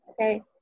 okay